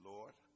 Lord